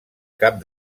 cap